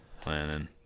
planning